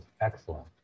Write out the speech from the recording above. excellent